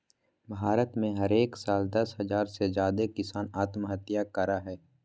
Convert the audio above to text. भारत में हरेक साल दस हज़ार से ज्यादे किसान आत्महत्या करय हय